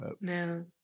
No